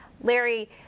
Larry